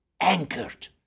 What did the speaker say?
anchored